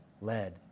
led